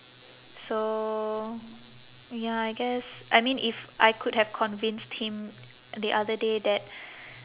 so ya I guess I mean if I could have convinced him the other day that